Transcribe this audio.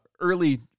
early